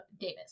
Davis